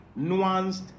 nuanced